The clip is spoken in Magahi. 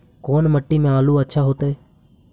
कोन मट्टी में आलु अच्छा होतै?